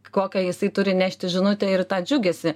kokią jisai turi nešti žinutę ir tą džiugesį